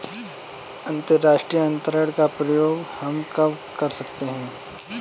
अंतर्राष्ट्रीय अंतरण का प्रयोग हम कब कर सकते हैं?